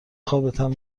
خوابتم